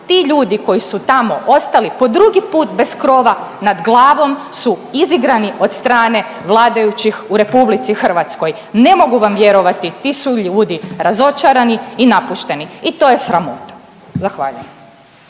Ti ljudi koji su tamo ostali po drugi put bez krova nad glavom su izigrani od strane vladajućih u Republici Hrvatskoj. Ne mogu vam vjerovati, ti su ljudi razočarani i napušteni i to je sramota. Zahvaljujem.